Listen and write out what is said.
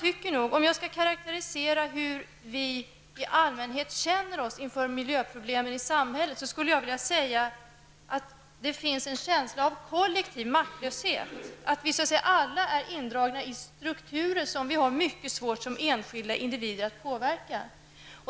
För att karaktärisera hur vi i allmänhet känner oss inför miljöproblemen i samhället skulle jag vilja säga att det finns en känsla av kollektiv maktlöshet. Vi är alla indragna i strukturer som vi som enskilda individer har mycket svårt att påverka.